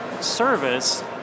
service